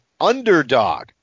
underdog